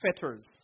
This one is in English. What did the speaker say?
fetters